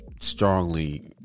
strongly